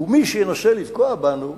ומי שינסה לפגוע בנו,